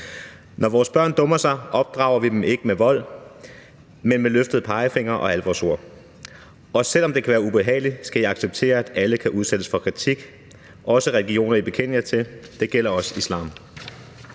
Når vores børn dummer sig, opdrager vi dem ikke med vold, men med en løftet pegefinger og alvorsord. Også selv om det kan være ubehageligt, skal I acceptere, at alle kan udsættes for kritik, også religioner, I bekender jer til – det gælder også islam.